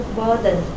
burden